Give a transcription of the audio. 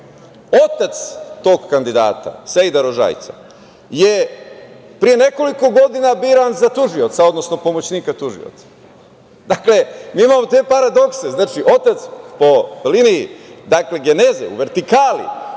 otac tog kandidata Sejda Rožajica je pre nekoliko godina biran za tužioca, odnosno pomoćnika tužioca. Dakle, mi imamo te paradokse. Znači, otac po liniji geneze po vertikali